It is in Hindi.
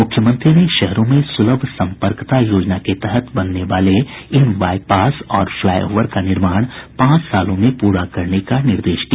मुख्यमंत्री ने शहरों में सुलभ संपर्कता योजना के तहत बनने वाले इन बाईपास और फ्लाई ओवर का निर्माण पांच सालों में पूरा करने का निर्देश दिया